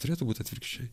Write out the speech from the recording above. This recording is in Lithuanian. turėtų būt atvirkščiai